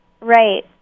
Right